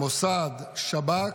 מוסד, שב"כ,